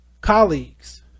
Colleagues